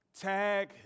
tag